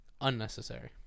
Unnecessary